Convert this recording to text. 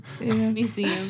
Museum